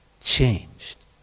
changed